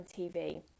TV